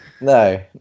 no